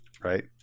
Right